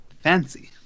Fancy